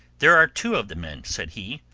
there are two of the men, said he,